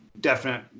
definite